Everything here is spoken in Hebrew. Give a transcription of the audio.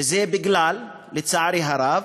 וזה בגלל, לצערי הרב,